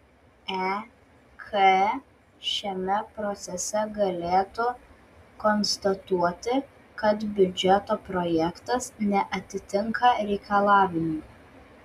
ek šiame procese galėtų konstatuoti kad biudžeto projektas neatitinka reikalavimų